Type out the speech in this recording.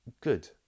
Good